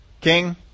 King